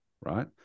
right